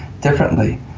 differently